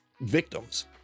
victims